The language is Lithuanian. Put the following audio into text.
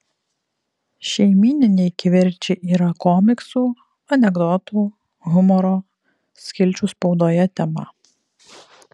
šeimyniniai kivirčai yra komiksų anekdotų humoro skilčių spaudoje tema